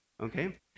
okay